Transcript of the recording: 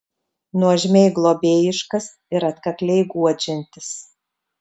nuožmiai globėjiškas ir atkakliai guodžiantis